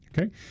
Okay